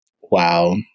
Wow